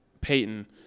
Peyton